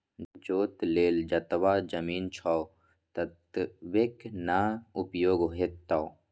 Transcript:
जोत लेल जतबा जमीन छौ ततबेक न उपयोग हेतौ